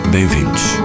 Bem-vindos